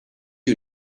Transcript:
you